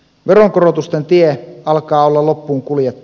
veronkorotusten tie alkaa olla loppuun kuljettu